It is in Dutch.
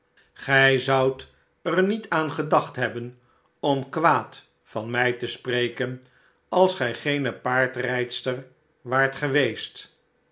gij zoudt er niet aan gedacht hebben om kwaad van mij te spreken als gij geene paardrijdster waart geweest